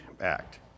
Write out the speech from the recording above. Act